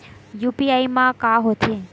UPI मा का होथे?